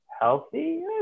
healthy